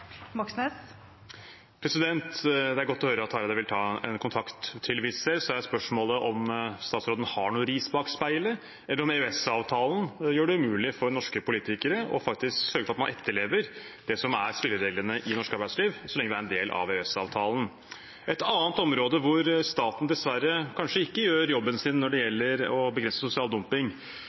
Moxnes – til oppfølgingsspørsmål. Det er godt å høre at Hareide vil ta kontakt med Wizz Air. Så er spørsmålet om statsråden har noe ris bak speilet, eller om EØS-avtalen gjør det umulig for norske politikere faktisk å sørge for at man etterlever det som er spillereglene i norsk arbeidsliv så lenge det er en del av EØS-avtalen. Et annet område der staten dessverre kanskje ikke gjør jobben sin når det gjelder å begrense sosial dumping,